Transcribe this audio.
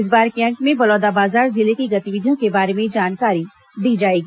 इस बार के अंक में बलौदाबाजार जिले की गतिविधियों के बारे में जानकारी दी जाएगी